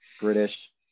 British